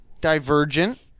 Divergent